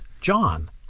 John